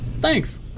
thanks